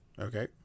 Okay